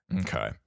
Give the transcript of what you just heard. Okay